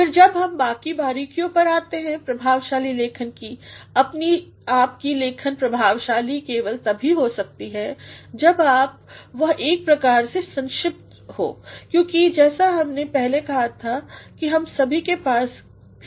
फिर जब हम बाकी बारीकियों पर आते हैं प्रभावशाली लेखन की आपकी लेखन प्रभावशाली केवल तभी हो सकती है जब वह एक प्रकार सेसंक्षिप्तहो क्योंकि जैसा हमने पहले कहा था कि हम सभी के पास समय की समस्या है